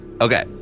Okay